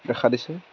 দেখা দিছে